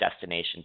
destination